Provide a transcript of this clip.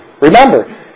Remember